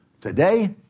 Today